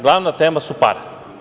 Glavna tema su pare.